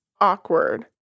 awkward